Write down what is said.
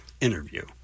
interview